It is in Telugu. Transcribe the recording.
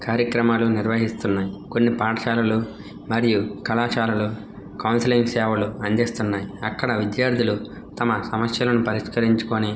కార్యక్రమాలు నిర్వహిస్తున్నాయి కొన్ని పాఠశాలలు మరియు కళాశాలలు కౌన్సిలింగ్ సేవలు అందిస్తున్నాయ్ అక్కడ విద్యార్థులు తమ సమస్యలను పరిష్కరించుకొని